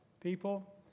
People